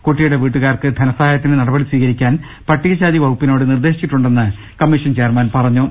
കുട്ടിയുടെ വീട്ടുകാർക്ക് ധനസഹായത്തിന് നടപടി സ്വീകരിക്കാൻ പട്ടികജാതി വകുപ്പിനോട് നിർദ്ദേശിച്ചിട്ടുണ്ടെന്നും കമ്മിഷൻചെയർമാൻ പറ ഞ്ഞു